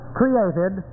created